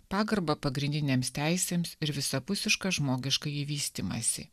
pagarbą pagrindinėms teisėms ir visapusišką žmogiškąjį vystymąsi